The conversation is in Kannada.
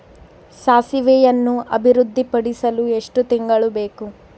ಸಾಸಿವೆಯನ್ನು ಅಭಿವೃದ್ಧಿಪಡಿಸಲು ಎಷ್ಟು ತಿಂಗಳು ಬೇಕು?